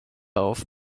auf